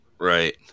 Right